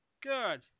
Good